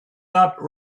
not